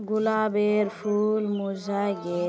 गुलाबेर फूल मुर्झाए गेल